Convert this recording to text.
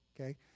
Okay